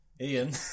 Ian